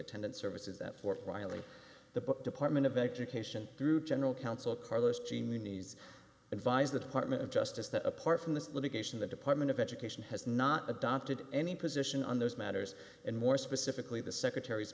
attendant services at fort riley the department of education through general counsel carlos genies advised the department of justice that apart from this litigation the department of education has not adopted any position on those matters and more specifically the secretar